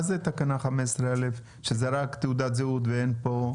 מה זה תקנה 15(א) שזה רק תעודת זהות ואין פה?